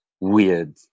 weird